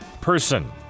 person